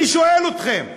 אני שואל אתכם,